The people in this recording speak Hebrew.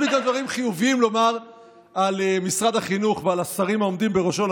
יהיו לי גם דברים חיוביים לומר על משרד החינוך ועל השרים העומדים בראשו,